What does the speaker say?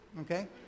okay